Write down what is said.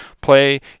play